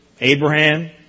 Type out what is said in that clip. Abraham